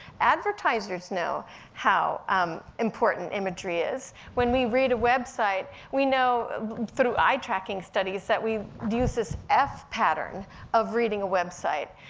advertisers know how um important imagery is. when we read a website, we know through eye-tracking studies, that we use this f pattern of reading a website.